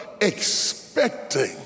expecting